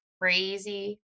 crazy